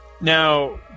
Now